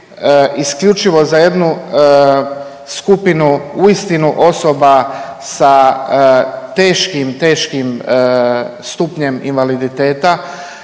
isključivo za jednu skupinu uistinu osoba sa teškim, teškim stupnjem invaliditeta,